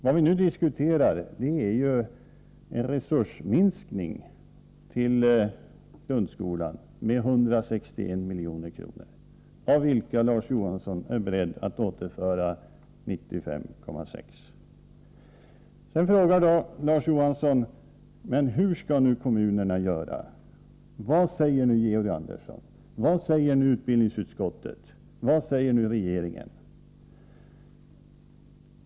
Vad vi nu diskuterar är ju en minskning av resurserna till grundskolan med 161 milj.kr., av vilka Larz Johansson är beredd att återföra 95,6 milj.kr. Sedan frågar Larz Johansson hur kommunerna skall göra. Vad säger Georg Andersson, utbildningsutskottet och regeringen, undrar han.